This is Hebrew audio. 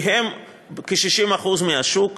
כי הם כ-60% מהשוק,